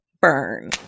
Burn